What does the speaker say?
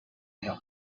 help